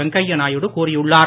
வெங்கையா நாயுடு கூறியுள்ளார்